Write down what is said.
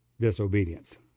disobedience